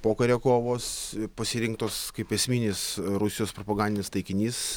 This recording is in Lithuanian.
pokario kovos pasirinktos kaip esminis rusijos propagandinis taikinys